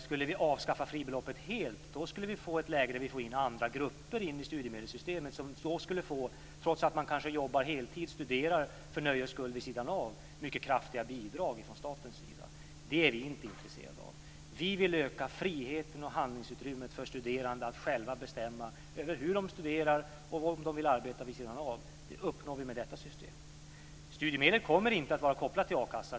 Skulle vi avskaffa fribeloppet helt skulle vi få andra grupper in i studiemedelssystemet, människor som kanske jobbar heltid och studerar för nöjes skull vid sidan av men som ändå skulle få mycket kraftiga bidrag från statens sida. Det är vi inte intresserade av. Vi vill öka friheten och handlingsutrymmet för studerande att själva bestämma över hur de studerar och om de vill arbeta vid sidan av. Det uppnår vi med detta system. Studiemedlet kommer inte att vara kopplat till akassan.